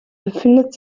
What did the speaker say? befindet